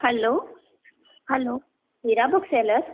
hello hello Hira book seller